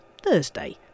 Thursday